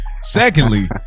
Secondly